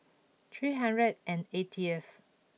three hundred and eightieth